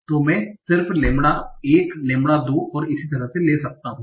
तो मैं सिर्फ लैम्ब्डा 1 लैम्ब्डा 2 और इसी तरह ले सकता हूं